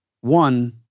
One